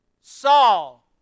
Saul